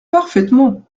parfaitement